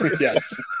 yes